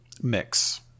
Mix